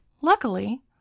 Luckily